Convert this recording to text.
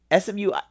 SMU